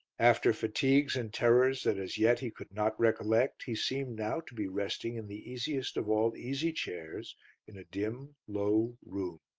after fatigues and terrors that as yet he could not recollect he seemed now to be resting in the easiest of all easy chairs in a dim, low room.